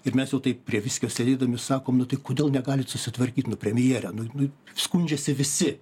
ir mes jau taip prie viskio sėdėdami sakom nu tai kodėl negalit susitvarkyt nu premjere nu nu skundžiasi visi